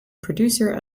producer